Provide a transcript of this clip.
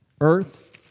Earth